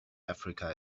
africa